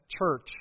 church